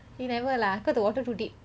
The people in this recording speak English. we never lah because the water too deep